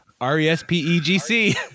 R-E-S-P-E-G-C